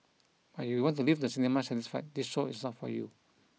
but if you want to leave the cinema satisfied this show is not for you